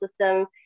system